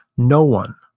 no one,